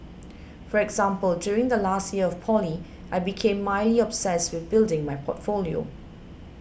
for example during the last year of poly I became mildly obsessed with building my portfolio